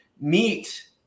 meet –